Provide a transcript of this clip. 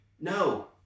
No